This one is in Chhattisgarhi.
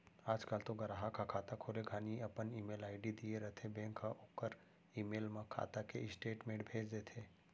आज काल तो गराहक ह खाता खोले घानी अपन ईमेल आईडी दिए रथें बेंक हर ओकर ईमेल म खाता के स्टेटमेंट भेज देथे